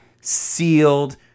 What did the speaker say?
sealed